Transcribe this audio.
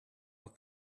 but